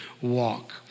walk